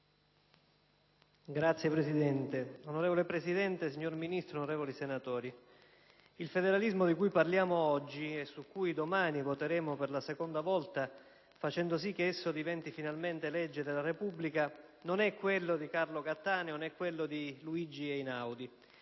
*(PdL)*. Onorevole Presidente, signor Ministro, onorevoli senatori, il federalismo di cui parliamo oggi, e su cui domani voteremo per la seconda volta, facendo sì che esso diventi finalmente legge della Repubblica, non è quello di Carlo Cattaneo, né quello di Luigi Einaudi;